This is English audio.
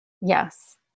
Yes